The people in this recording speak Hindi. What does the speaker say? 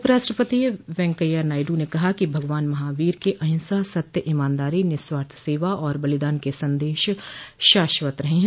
उपराष्ट्रपति वेंकैया नायडू ने कहा कि भगवान महावीर के अंहिसा सत्य ईमानदारी निःस्वार्थ सेवा और बलिदान के संदेश शाश्वत रहे हैं